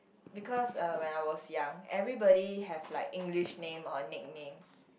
because uh when I was young everybody have like English name or nicknames